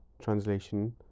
Translation